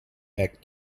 back